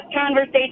conversation